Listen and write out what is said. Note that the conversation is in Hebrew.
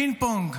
פינג פונג,